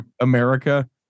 America